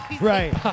Right